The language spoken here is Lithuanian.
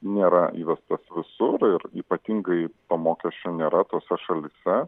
nėra įvestas visur ir ypatingai to mokesčio nėra tose šalyse